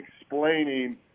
explaining